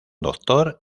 doctor